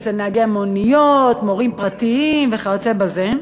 אצל נהגי המוניות, מורים פרטיים וכיוצא בזה,